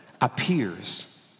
appears